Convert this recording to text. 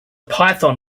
python